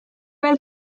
veel